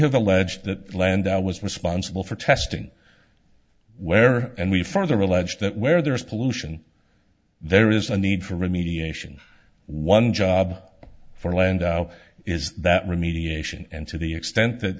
have alleged that land was responsible for testing where and we further allege that where there is pollution there is a need for remediation one job for land is that remediation and to the extent that